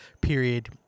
period